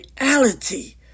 reality